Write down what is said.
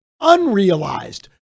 unrealized